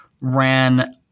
ran